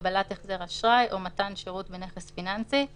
קבלת החזר אשראי או מתן שירות בנכס פיננסי";